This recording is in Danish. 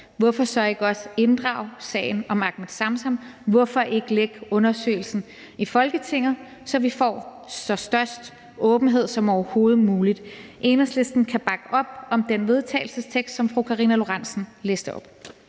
hvorfor så ikke også inddrage sagen om Ahmed Samsam, hvorfor ikke lægge undersøgelsen i Folketinget, så vi får så stor en åbenhed som overhovedet muligt? Enhedslisten kan bakke op om det forslag til vedtagelse, som fru Karina Lorentzen Dehnhardt